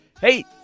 Hey